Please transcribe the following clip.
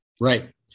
Right